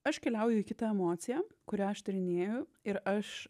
aš keliauju į kitą emociją kurią aš tyrinėju ir aš